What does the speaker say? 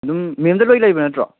ꯑꯗꯨꯝ ꯃꯦꯝꯗ ꯂꯣꯏ ꯂꯩꯕ ꯅꯠꯇ꯭ꯔꯣ